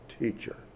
teacher